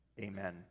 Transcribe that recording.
amen